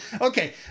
okay